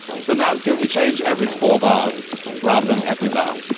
so now it's going to change every four bars rather than every bar,